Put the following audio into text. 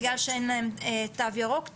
בגלל שאין להם תו ירוק.